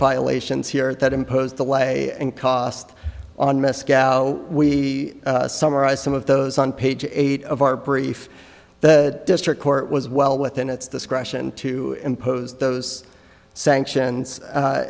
violations here that imposed the way and cost on misc we summarize some of those on page eight of our brief the district court was well within its discretion to impose those sanctions a